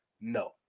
No